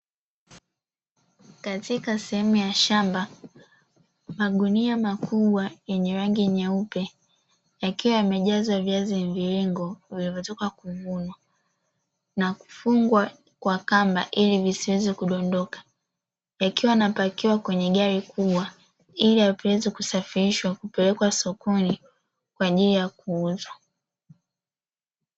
Katika sehemu ya shamba magunia makubwa yenye rangi nyeupe yakiwa yamejazwa viazi mviringo vilivyotoka kuvunwa na kufungwa kwa kamba ili visiweze kudondoka, yakiwa yanapakiwa kwenye gari kubwa ili yaweze kusafirishwa kupelekwa sokoni kwa ajili ya kuuzwa.